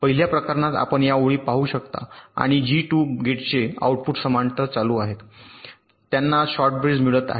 पहिल्या प्रकरणात आपण या ओळी पाहू शकता आणि जी 2 गेटचे आउटपुट समांतर चालू आहेत त्यांना शॉर्ट ब्रिज मिळत आहे